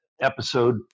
episode